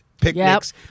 picnics